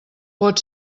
pot